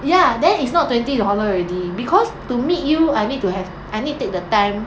ya then it's not twenty dollar already because to meet you I need to have I need to take the time